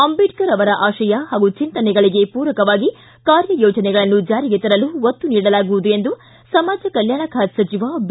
ಅಂಬೇಡ್ಕರ್ ಅವರ ಆಶಯ ಪಾಗೂ ಜಿಂತನೆಗಳಿಗೆ ಪೂರಕವಾಗಿ ಕಾರ್ಯ ಯೋಜನೆಗಳನ್ನು ಜಾರಿಗೆ ತರಲು ಒತ್ತು ನೀಡಲಾಗುವುದು ಎಂದು ಸಮಾಜ ಕಲ್ಕಾಣ ಖಾತೆ ಸಚಿವ ಬಿ